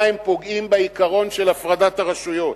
הם פוגעים בעיקרון של הפרדת הרשויות.